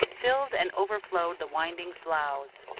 filled and overflowed the winding sloughs.